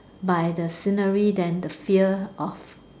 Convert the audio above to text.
by the scenery than the fear of